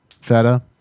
Feta